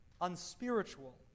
unspiritual